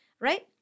right